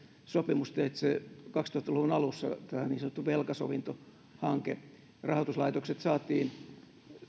sopimusteitse kaksituhatta luvun alussa tämä niin sanottu velkasovintohanke rahoituslaitokset saatiin